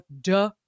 duh